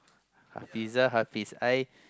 Hafiza Hafiz I